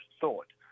thought